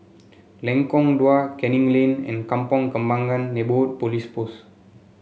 Lengkong Dua Canning Lane and Kampong Kembangan Neighbourhood Police Post